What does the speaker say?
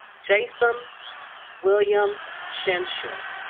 jason william schichner